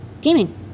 gaming